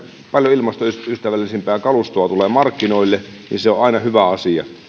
paljon ilmastoystävällisempää kalustoa tulee markkinoille ja se on aina hyvä asia